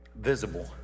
visible